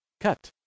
cut